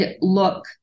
look